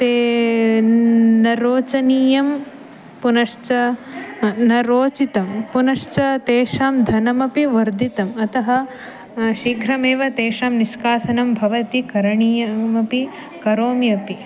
ते न्न रोचनीयं पुनश्च न रोचितं पुनश्च तेषां धनमपि वर्धितम् अतः शीघ्रमेव तेषां निस्कासनं भवति करणीयमपि करोमि अपि